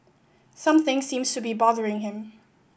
something seems to be bothering him